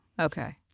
Okay